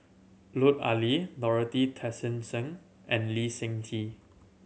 Lut Ali Dorothy Tessensohn and Lee Seng Tee